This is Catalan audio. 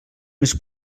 més